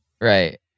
Right